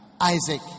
Isaac